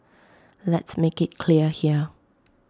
let's make IT clear here